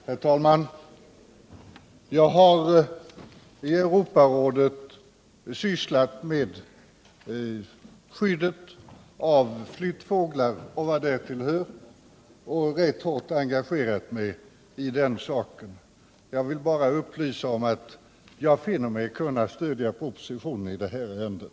Herr talman! Jag har i Europarådet sysslat med skyddet av flyttfåglar och vad därtill hör och rätt hårt engagerat mig i den saken. Jag vill bara upplysa om att jag finner mig kunna stödja propositionen i det här ärendet.